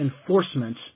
enforcement